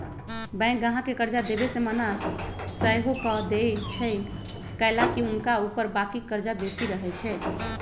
bank गाहक के कर्जा देबऐ से मना सएहो कऽ देएय छइ कएलाकि हुनका ऊपर बाकी कर्जा बेशी रहै छइ